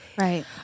Right